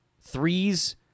threes